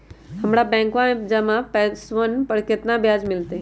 हम्मरा बैंकवा में जमा पैसवन पर कितना ब्याज मिलतय?